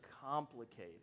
complicated